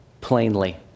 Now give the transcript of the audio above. plainly